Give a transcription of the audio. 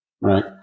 Right